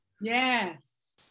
Yes